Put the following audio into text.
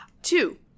Two